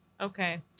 Okay